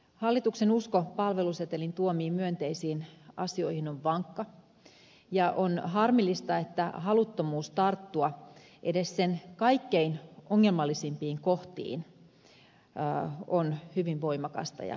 hallituksen usko palvelusetelin tuomiin myönteisiin asioihin on vankka ja on harmillista että haluttomuus tarttua edes sen kaikkein ongelmallisimpiin kohtiin on hyvin voimakasta ja jääräpäistä